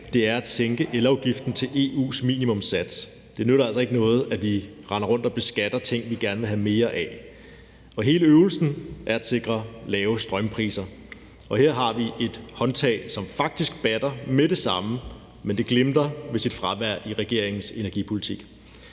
er at sænke elafgiften til EU's minimumssats. Det nytter altså ikke noget, at vi render rundt og beskatter ting, vi gerne vil have mere af. Hele øvelsen er at sikre lave strømpriser, og her har vi et håndtag, som faktisk batter med det samme, men det glimrer ved sit fravær i regeringens energipolitik.